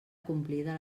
complida